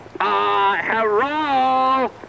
hello